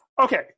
Okay